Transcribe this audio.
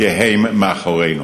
כי הם מאחורינו.